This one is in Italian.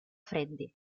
freddi